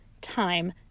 time